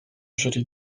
żyli